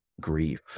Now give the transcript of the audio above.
grief